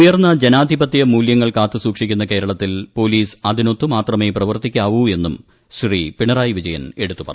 ഉയർന്ന ജനാധിപത്യമൂലൃങ്ങൾ കാത്തുസൂക്ഷിക്കുന്ന കേരളത്തിൽ പോലീസ് അതിനൊത്ത് മാത്രമെ പ്രവർത്തിക്കാവൂ എന്നും ശ്രീ പിണറായി വിജയൻ എടുത്തു പറഞ്ഞു